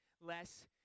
less